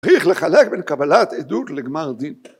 צריך לחלק בין קבלת עדות לגמר דין